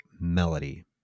Melody